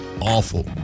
awful